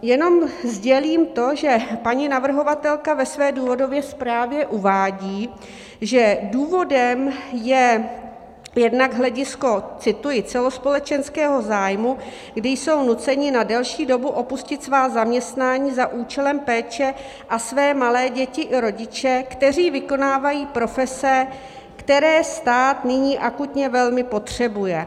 Jednom sdělím, že paní navrhovatelka ve své důvodové zprávě uvádí, že důvodem je jednak hledisko cituji celospolečenského zájmu, kdy jsou nuceni na delší dobu opustit svá zaměstnání za účelem péče o své malé děti i rodiče, kteří vykonávají profese, které stát nyní akutně velmi potřebuje.